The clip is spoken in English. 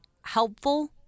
helpful